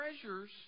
treasures